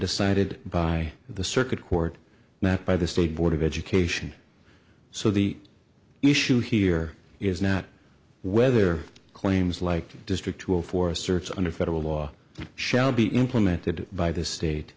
decided by the circuit court not by the state board of education so the issue here is not whether claims like district will for a search under federal law shall be implemented by the state